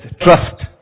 trust